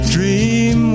Dream